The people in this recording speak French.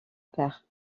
père